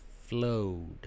flowed